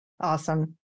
Awesome